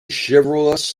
chivalrous